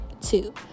two